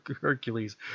Hercules